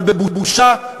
אבל בבושה,